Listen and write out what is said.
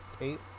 Eight